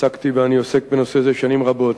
ועסקתי ואני עוסק בנושא זה שנים רבות: